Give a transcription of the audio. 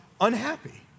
unhappy